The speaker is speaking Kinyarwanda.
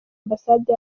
ambasade